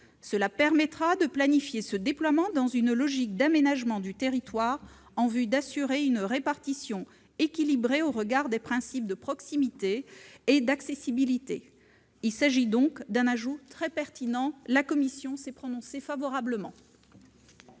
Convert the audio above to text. Cela permettra de planifier ce déploiement dans une logique d'aménagement du territoire en vue d'assurer une répartition équilibrée au regard des principes de proximité et d'accessibilité. Il s'agit donc d'un ajout très pertinent, sur lequel la commission a émis un avis favorable.